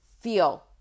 feel